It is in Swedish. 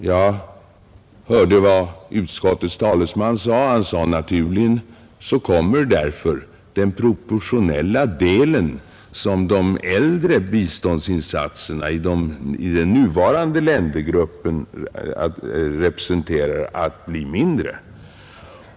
Jag hörde vad utskottets talesman sade: Naturligen kommer därför den proportionella andel som de äldre biståndsinsatserna i den nuvarande ländergruppen representerar att bli mindre.